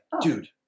Dude